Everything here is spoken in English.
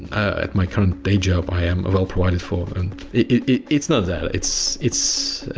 at my current day job, i am ah well provided for. and it's not that. it's, it's,